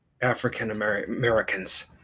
African-Americans